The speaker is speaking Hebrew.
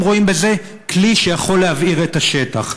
רואים בזה כלי שיכול להבעיר את השטח?